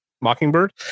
Mockingbird